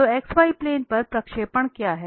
तो xy plane पर प्रक्षेपण क्या है